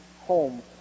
home